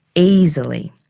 easily.